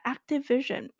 Activision